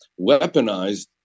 weaponized